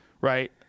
right